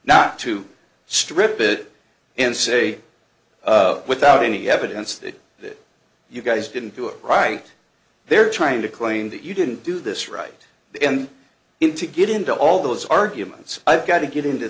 not to strip it and say without any evidence that that you guys didn't do it right they're trying to claim that you didn't do this right then in to get into all those arguments i've got to get into